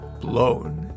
blown